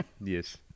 Yes